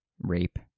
rape